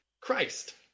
Christ